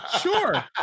Sure